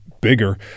bigger